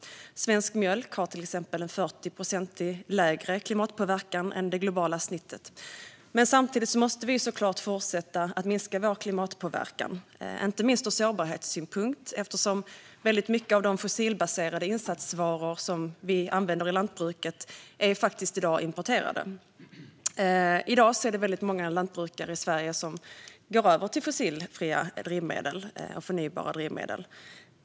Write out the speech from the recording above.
Svensk mjölk har till exempel 40 procent lägre klimatpåverkan än det globala snittet. Men samtidigt måste vi såklart fortsätta att minska vår klimatpåverkan. Det gäller inte minst ur sårbarhetssynpunkt, eftersom väldigt många av de fossilbaserade insatsvaror som vi använder i lantbruket i dag faktiskt är importerade. I dag är det väldigt många lantbrukare i Sverige som går över till fossilfria och förnybara drivmedel.